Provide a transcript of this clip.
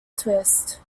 twist